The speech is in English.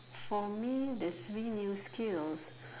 for me the three new skills